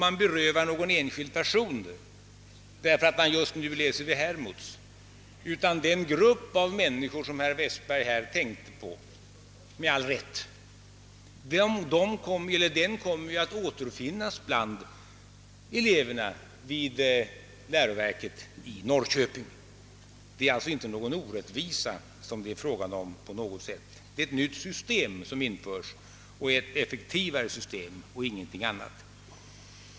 Man berövar inte någon enskild person något, därför att denne just nu läser vid t.ex. Hermods-NKI, utan den grupp av människor herr Westberg tänkte på — med all rätt — kommer att återfinnas bland eleverna vid läroverket i Norrköping. Det är alltså inte fråga om någon orättvisa. Det är ett nytt system som införs, ett effektivare system, ingenting annat.